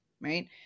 right